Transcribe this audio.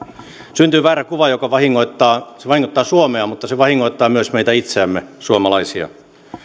syntyy väärä kuva joka vahingoittaa suomea mutta se vahingoittaa myös meitä itseämme suomalaisia